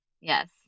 Yes